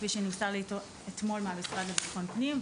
כפי שנמסר לי אתמול מהמשרד לבטחון פנים.